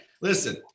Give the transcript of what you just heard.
listen